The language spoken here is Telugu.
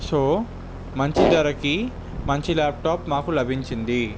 సో మంచి ధరకి మంచి ల్యాప్టాప్ మాకు లభించింది